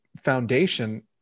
foundation